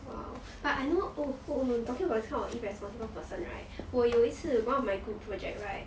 !wow! but I know oo oo talking about this kind of irresponsible person right 我有一次 one of my group project right